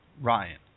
Ryan